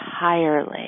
entirely